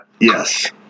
Yes